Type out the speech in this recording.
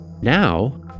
Now